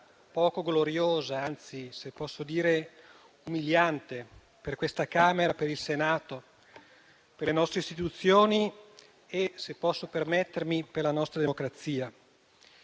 poco gloriosa, anzi, se posso dire, umiliante per il Senato, per le nostre istituzioni e - se posso permettermi - per la nostra democrazia.